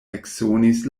eksonis